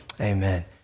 Amen